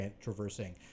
traversing